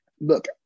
look